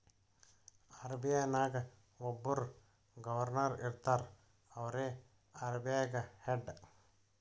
RBI ನಾಗ್ ಒಬ್ಬುರ್ governor ಇರ್ತಾರ ಅವ್ರೇ ಆರ್.ಬಿ.ಐ ಗ ಹೆಡ್